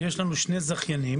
יש לנו שני זכיינים,